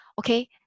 okay